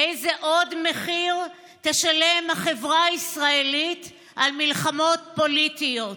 איזה עוד מחיר תשלם החברה הישראלית על מלחמות פוליטיות?